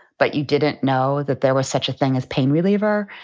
but you didn't know that there was such a thing as pain reliever.